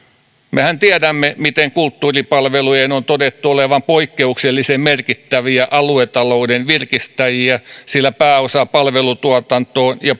mehän tiedämme miten kulttuuripalvelujen on todettu olevan poikkeuksellisen merkittäviä aluetalouden virkistäjiä sillä pääosa palvelutuotantoon ja